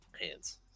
hands